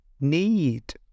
need